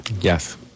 Yes